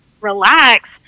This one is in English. relax